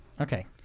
Okay